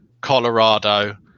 Colorado